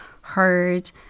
heard